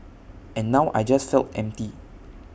and now I just felt empty